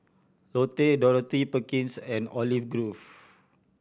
Lotte Dorothy Perkins and Olive Grove